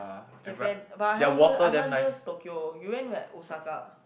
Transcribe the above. Japan but I haven't go I haven't go Tokyo you went where Osaka